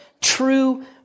true